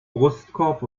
brustkorb